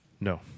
no